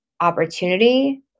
opportunity